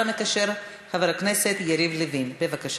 להכנה לקריאה